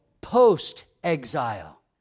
post-exile